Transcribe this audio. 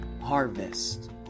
harvest